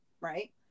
right